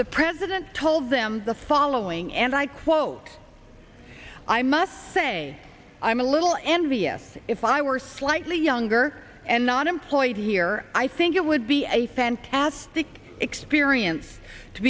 the president told them the following and i quote i must say i'm a little envious if i were slightly younger and not employed here i think it would be a fantastic experience to